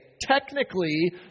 technically